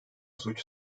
suç